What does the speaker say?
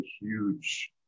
huge